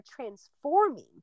transforming